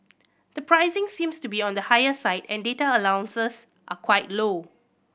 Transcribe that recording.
the pricing seems to be on the higher side and data allowances are quite low